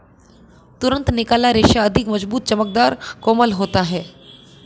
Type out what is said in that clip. तुरंत निकाला रेशा अधिक मज़बूत, चमकदर, कोमल होता है